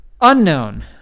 Unknown